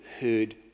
heard